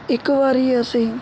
ਇੱਕ ਵਾਰੀ ਅਸੀਂ